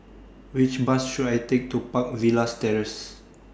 Which Bus should I Take to Park Villas Terrace